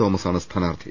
തോമസാണ് സ്ഥാനാർത്ഥി